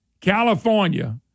California